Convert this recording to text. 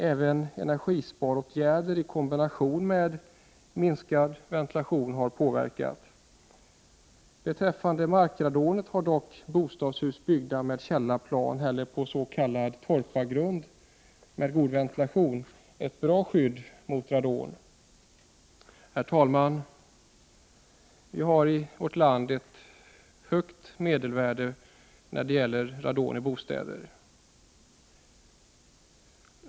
Även energisparåtgärder i kombination med minskad ventilation har påverkat. Beträffande markradonet har dock bostadshus byggda med källarplan eller på s.k. torpargrund med god ventilation ett bra skydd mot radon. Herr talman! Vi har i vårt land ett högt medelvärde när det gäller radon i bostäder.